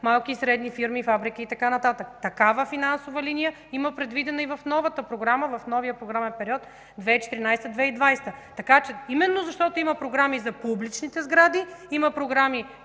малки и средни фирми, фабрики и така нататък. Такава финансова линия има предвидена и в новата програма за новия програмен период 2014 – 2020 г. Именно защото има програми за публичните сгради, има и програми,